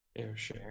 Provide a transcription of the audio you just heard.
airshare